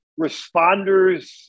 responders